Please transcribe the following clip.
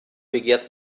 begehrt